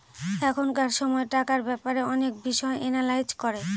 এখনকার সময় টাকার ব্যাপারে অনেক বিষয় এনালাইজ করে